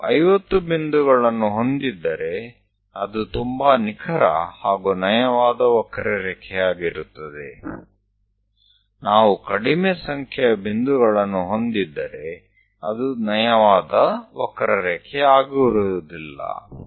ನಾವು 50 ಬಿಂದುಗಳನ್ನು ಹೊಂದಿದ್ದರೆ ಅದು ತುಂಬಾ ನಿಖರ ಹಾಗೂ ನಯವಾದ ವಕ್ರರೇಖೆಯಾಗಿರುತ್ತದೆ ನಾವು ಕಡಿಮೆ ಸಂಖ್ಯೆಯ ಬಿಂದುಗಳನ್ನು ಹೊಂದಿದ್ದರೆ ಅದು ನಯವಾದ ವಕ್ರರೇಖೆಯಾಗಿರುವುದಿಲ್ಲ